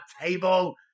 table